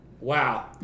wow